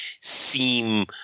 seem